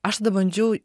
aš tada bandžiau